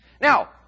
Now